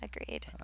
agreed